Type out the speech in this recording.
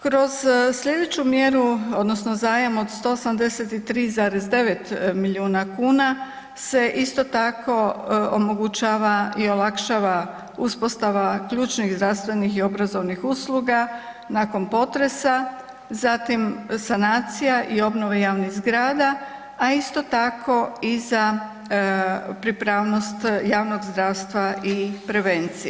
Kroz sljedeću mjeru odnosno zajam od 183,9 milijuna kuna se isto tako omogućava i olakšava uspostava ključnih zdravstvenih i obrazovnih usluga nakon potresa, zatim sanacija i obnova javnih zgrada, a isto tako i za pripravnost javnog zdravstva i prevencije.